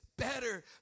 better